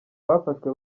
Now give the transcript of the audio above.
bafashwe